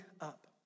up